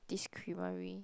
this creamery